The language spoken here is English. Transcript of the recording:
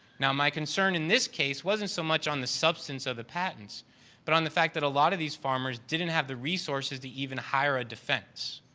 now, my concern in this case wasn't so much on the substance of the patents but on the fact that a lot of these farmers didn't have the resources to even hire a defense.